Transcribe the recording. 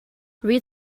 read